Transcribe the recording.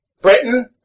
Britain